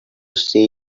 say